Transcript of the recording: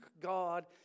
God